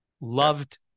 loved